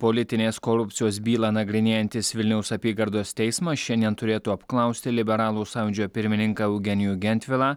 politinės korupcijos bylą nagrinėjantis vilniaus apygardos teismas šiandien turėtų apklausti liberalų sąjūdžio pirmininką eugenijų gentvilą